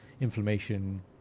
inflammation